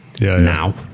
now